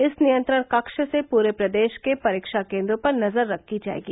इस नियंत्रण कक्ष से पूरे प्रदेश के परीक्षा केन्द्रों पर नजर रखी जायेगी